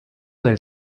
del